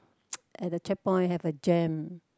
at the checkpoint have a jam